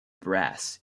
brass